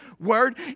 word